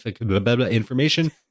information